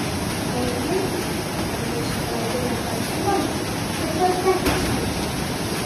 o jinai mane išvadino tamsuoliu ir vata kažkokia